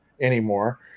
anymore